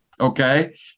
Okay